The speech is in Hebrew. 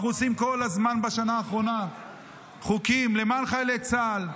בשנה האחרונה אנחנו עושים כל הזמן חוקים למען חיילי צה"ל,